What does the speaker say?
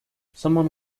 someone